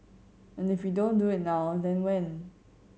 and if we don't do it now then when